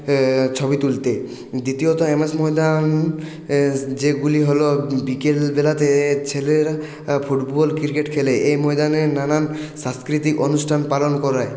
ছবি তুলতে দ্বিতীয়ত এমএস ময়দান যেগুলি হলো বিকেলবেলাতে ছেলেরা ফুটবল ক্রিকেট খেলে এই ময়দানে নানান সাংস্কৃতিক অনুষ্ঠান পালন করা হয়